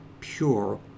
pure